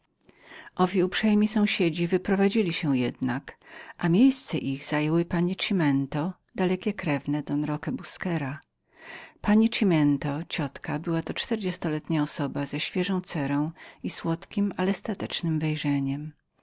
ci uczciwi sąsiedzi wyprowadzili się jednak a miejsce ich zajęły panie cimiento dalekie krewne don roqua busquera pani cimiento ciotka była to czterdziestoletnia osoba z świeżą cerą i słodkiem a udatnem wejrzeniem